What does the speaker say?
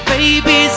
Baby